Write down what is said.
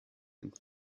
and